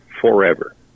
forever